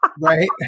Right